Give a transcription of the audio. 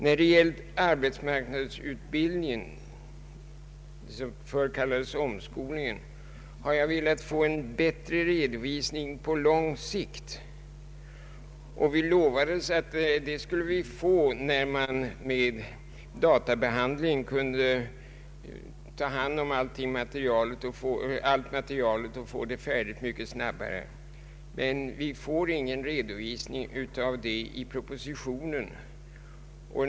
När det gäller arbetsmarknadsutbildningen, förr kallad omskolning, har jag velat få en bättre redovisning på lång sikt. Vi fick löfte om att få en sådan redovisning när man med hjälp av databehandling kunde ta hand om allt material och få det färdigt mycket snabbare. Men någon sådan redovisning finns inte i propositionen.